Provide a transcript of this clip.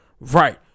Right